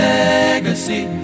legacy